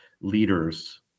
leaders